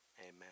amen